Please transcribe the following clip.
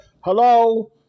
hello